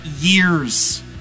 years